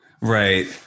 Right